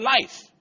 life